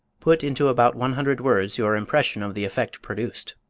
put into about one hundred words your impression of the effect produced.